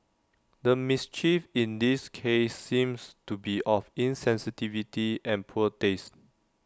the mischief in this case seems to be of insensitivity and poor taste